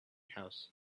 house